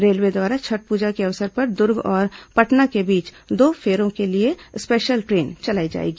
railway द्वारा छठ पूजा के अवसर पर दुर्ग और पटना के बीच दो फेरों के लिए स्पेशल ट्रेन चलाई जाएगी